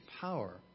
power